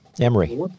Emory